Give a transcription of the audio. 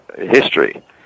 history